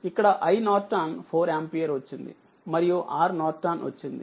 ఇక్కడ iN 4 ampere వచ్చింది మరియు RNవచ్చింది